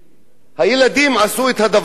הילדים עשו את הדבר הזה.